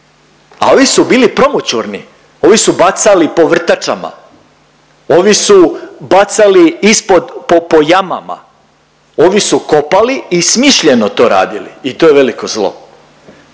A ovi su bili promoćurni, ovi su bacali po vrtačama, ovi su bacali ispod po, po jamama. Ovi su kopali i smišljeno to radili i to je veliko zlo.